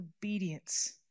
obedience